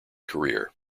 career